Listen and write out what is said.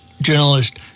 Journalist